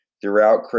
throughout